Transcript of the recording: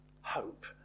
hope